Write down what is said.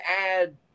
add